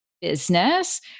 business